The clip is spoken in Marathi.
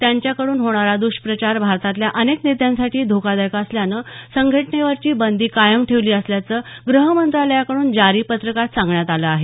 त्यांच्या कडून होणार द्ष्प्रचार भारतातल्या अनेक नेत्यांसाठी धोकादायक असल्यानं संघटनेवरची बंदी कायम ठेवली असल्याचं गृह मंत्रालयाकड्रन जारी पत्रकात सांगण्यात आलं आहे